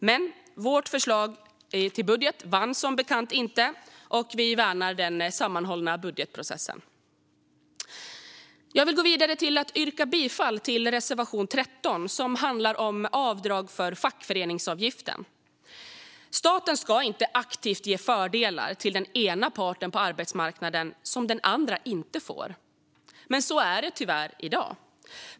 Men vårt budgetförslag vann som bekant inte, och vi värnar den sammanhållna budgetprocessen. Jag yrkar bifall till reservation 13 om avdrag för fackföreningsavgiften. Staten ska inte aktivt ge fördelar till den ena parten på arbetsmarknaden som den andra inte får. Men så är det tyvärr i dag.